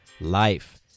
life